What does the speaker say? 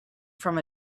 from